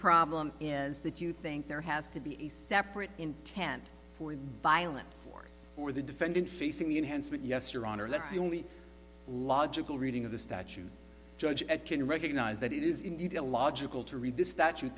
problem is that you think there has to be a separate intent for a violent force or the defendant facing the enhancement yes your honor that's the only logical reading of the statute judge and can recognize that it is indeed illogical to read this statute